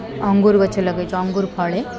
ଅଙ୍ଗୁର ଗଛ ଲଗାଇଛୁ ଅଙ୍ଗୁୁର ଫଳେ